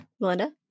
Melinda